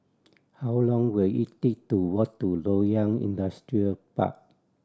how long will it take to walk to Loyang Industrial Park